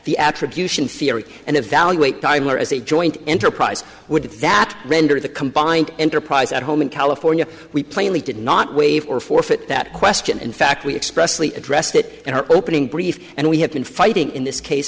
the attribution theory and evaluate dimer as a joint enterprise would that render the combined enterprise at home in california we plainly did not waive or forfeit that question in fact we expressly addressed it in our opening brief and we have been fighting in this case